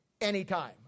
anytime